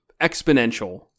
exponential